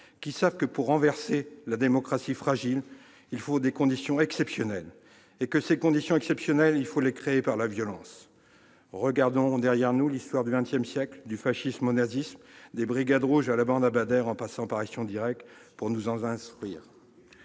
qui savent que, pour renverser la démocratie fragile, des conditions exceptionnelles sont nécessaires, qu'il faut créer par la violence. Regardons l'histoire du XX siècle, du fascisme au nazisme, des Brigades rouges à la bande à Baader, en passant par Action directe, pour nous en instruire.